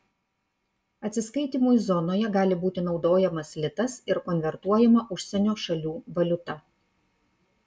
atsiskaitymui zonoje gali būti naudojamas litas ir konvertuojama užsienio šalių valiuta